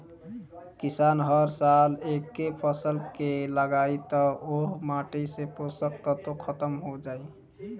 किसान हर साल एके फसल के लगायी त ओह माटी से पोषक तत्व ख़तम हो जाई